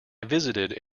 visited